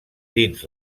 dins